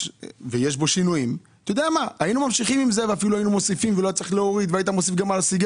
שיש בו שינויים תהיה גם הוספה על הסיגריות.